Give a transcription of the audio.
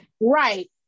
Right